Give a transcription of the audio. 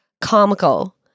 comical